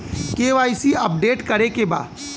KYC update करे के बा?